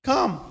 Come